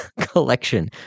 collection